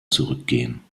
zurückgehen